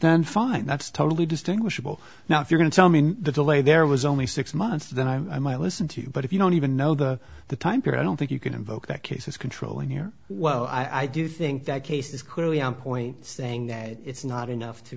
then fine that's totally distinguishable now if you're going so mean the delay there was only six months then i might listen to you but if you don't even know the the time period i don't think you can invoke that case is controlling your well i do think that case is clearly on point saying that it's not enough to